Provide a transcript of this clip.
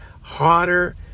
hotter